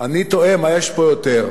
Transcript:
אני תוהה מה יש פה יותר,